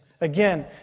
Again